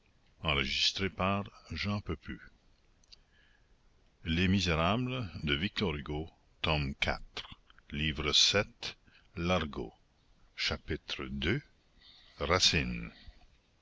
de l'évasion livre septième largot chapitre i origine chapitre ii